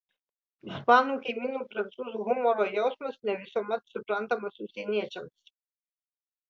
ispanų kaimynų prancūzų humoro jausmas ne visuomet suprantamas užsieniečiams